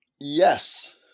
yes